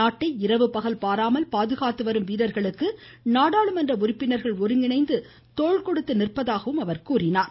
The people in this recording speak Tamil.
நாட்டை இரவு பகல் பாராமல் பாதுகாத்துவரும் வீரர்களுக்கு நாடாளுமன்ற உறுப்பினர்கள் ஒருங்கிணைந்து தோள் கொடுத்து நிற்பதாகவும் அவர் குறிப்பிட்டார்